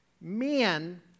men